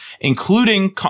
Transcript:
including